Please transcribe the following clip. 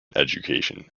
education